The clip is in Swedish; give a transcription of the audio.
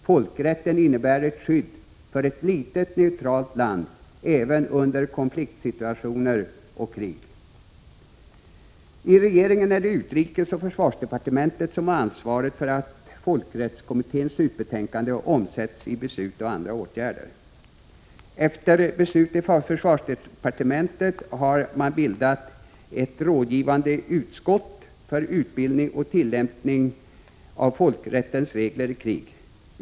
Folkrätten innebär ett skydd för ett litet neutralt land även under konfliktsituationer och krig. I regeringen är det utrikesoch försvarsdepartementet som har ansvaret för att folkrättskommitténs slutbetänkande omsätts i beslut och andra åtgärder. Efter beslut i försvarsdepartementet har man bildat ett rådgivande utskott för utbildning och tillämpning av folkrättens regler i krig.